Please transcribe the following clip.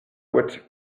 what